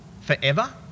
forever